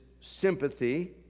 sympathy